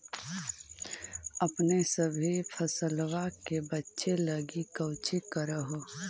अपने सभी फसलबा के बच्बे लगी कौची कर हो?